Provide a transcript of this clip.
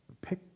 Pick